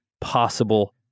possible